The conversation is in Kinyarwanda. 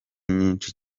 nyinshi